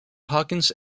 hawkins